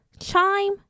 chime